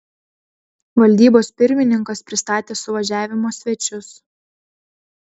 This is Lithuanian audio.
valdybos pirmininkas pristatė suvažiavimo svečius